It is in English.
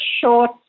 short